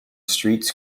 streets